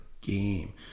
game